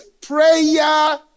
Prayer